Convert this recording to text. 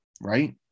right